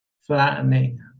flattening